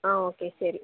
ஆ okay சரி